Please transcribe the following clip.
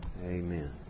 amen